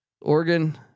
Oregon